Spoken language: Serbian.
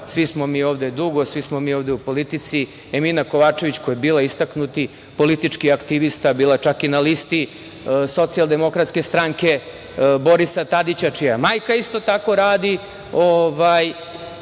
svi smo mi ovde dugo, svi smo mi ovde u politici, Emina Kovačević, koja je bila istaknuti politički aktivista, bila je čak i na listi Socijaldemokratske stranke Borisa Tadića, čija majka isto tako radi